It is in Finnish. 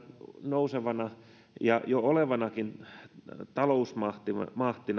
nousevana ja jo olevanakin talousmahtina